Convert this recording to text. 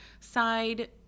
side